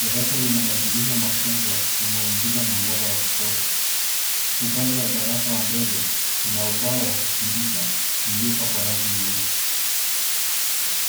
Darasa lina madirisha makubwa yanayoingiza mwangaza wa kutosha. Upande wa darasa wa mbele , kuna ubao wa kufundisha uliopakwa rangi nyeusi.